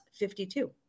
52